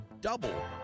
double